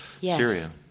Syria